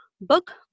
book